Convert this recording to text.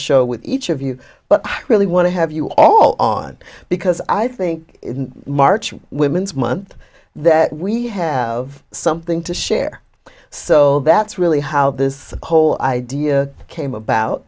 show with each of you but i really want to have you all on because i think march women's month that we have something to share so that's really how this whole idea came about